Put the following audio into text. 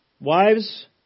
wives